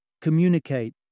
Communicate